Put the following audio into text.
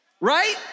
right